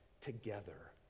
together